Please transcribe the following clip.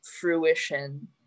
fruition